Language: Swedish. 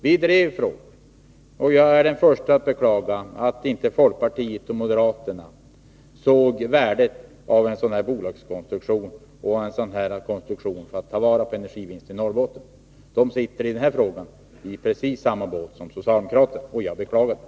Vi drev frågan. Jag är den förste att beklaga att folkpartiet och moderaterna inte insåg värdet av en sådan bolagskonstruktion för att ta vara på energivinsterna i Norrbotten. I den här frågan sitter folkpartisterna och moderaterna i precis samma båt som socialdemokraterna, och jag beklagar det.